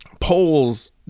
polls